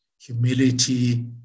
humility